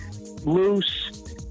loose